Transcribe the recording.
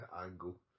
Angle